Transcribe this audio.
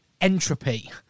entropy